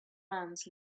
ants